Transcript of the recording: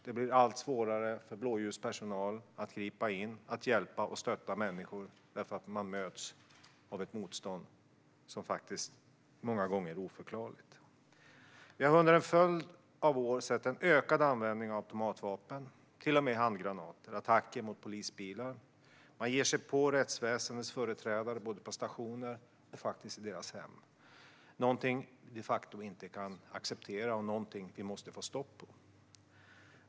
Det blir allt svårare för blåljuspersonal att gripa in, hjälpa och stötta människor, eftersom man möts av ett motstånd som många gånger är oförklarligt. Vi har under en följd av år sett en ökad användning av automatvapen, till och med handgranater, och attacker mot polisbilar. Man ger sig på rättsväsendets företrädare både på stationer och faktiskt i deras hem. Det är någonting som vi de facto inte kan acceptera och någonting som vi måste få stopp på.